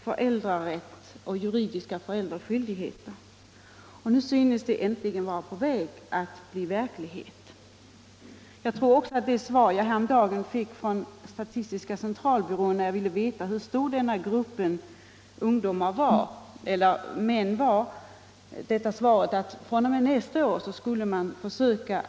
Emellertid kan enligt lag inte ett sådant resonemang föras, med mindre än att fadern —- som ju har företrädesrätten — kan visas vara olämplig och alternativet med särskilt förordnad förmyndare aktualiseras. Den tredje personen har i sagda fall ej utövat den faktiska vårdnaden av barnen.